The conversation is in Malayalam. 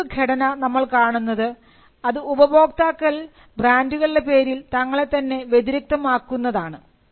മറ്റൊരു ഘടന നമ്മൾ കാണുന്നത് അത് ഉപഭോക്താക്കൾ ബ്രാൻഡുകളുടെ പേരിൽ തങ്ങളെ തന്നെ വ്യതിരിക്തമാക്കുന്നത് ആണ്